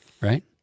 Right